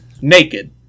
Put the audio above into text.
naked